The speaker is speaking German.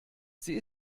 sie